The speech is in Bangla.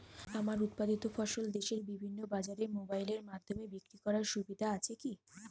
আমার উৎপাদিত ফসল দেশের বিভিন্ন বাজারে মোবাইলের মাধ্যমে বিক্রি করার সুবিধা আছে কি?